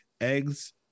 Eggs